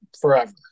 forever